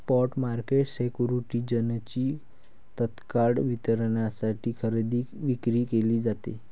spot market सिक्युरिटीजची तत्काळ वितरणासाठी खरेदी विक्री केली जाते